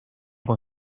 con